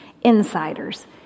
insiders